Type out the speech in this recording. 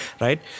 Right